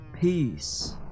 Peace